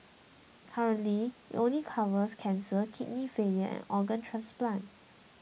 currently it only covers cancer kidney failure and organ transplant